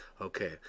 okay